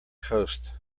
coast